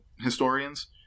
historians